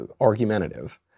argumentative